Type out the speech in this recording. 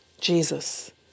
Jesus